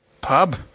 Pub